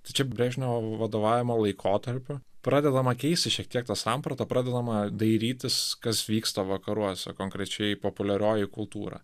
tai čia brežnevo vadovavimo laikotarpiu pradedama keisti šiek tiek tą sampratą pradedama dairytis kas vyksta vakaruose konkrečiai populiarioji kultūra